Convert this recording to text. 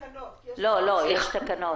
היא אמרה יש תקנות.